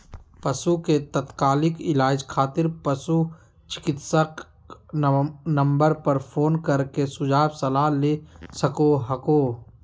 पशु के तात्कालिक इलाज खातिर पशु चिकित्सा नम्बर पर फोन कर के सुझाव सलाह ले सको हखो